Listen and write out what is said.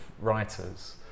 writers